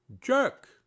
jerk